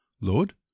Lord